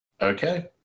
Okay